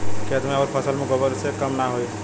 खेत मे अउर फसल मे गोबर से कम ना होई?